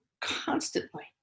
constantly